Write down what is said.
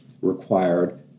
required